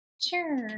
Sure